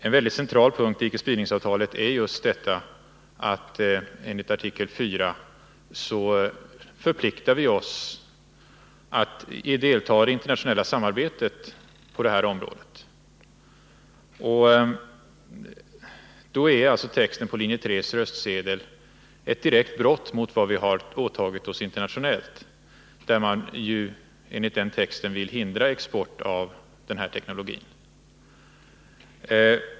En mycket central punkt i icke-spridningsavtalet är just att vi enligt artikel 4 förpliktar oss att delta i det internationella samarbetet på detta område. Därför är texten på linje 3:s röstsedel ett direkt brott mot vad vi har åtagit oss internationellt. Enligt linje 3:s text vill man ju hindra export av den här teknologin.